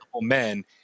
men